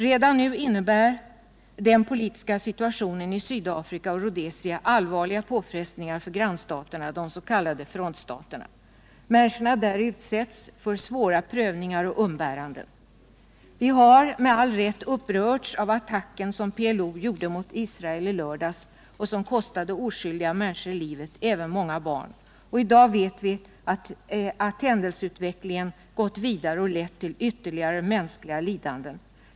Redan nu innebär den politiska situationen i Sydafrika och Rhodesia allvarliga påfrestningar för grannstaterna, de s.k. frontstaterna. Människorna där utsätts för svåra prövningar och umbäranden. Vi har — med all rätt — upprörts av den attack som PLO gjorde mot Israel i lördags och som kostade oskyldiga människor livet, även många barn. I dag vet vi att händelseutvecklingen har gått vidare och lett till ytterligare mänskliga lidanden.